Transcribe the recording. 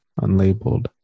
unlabeled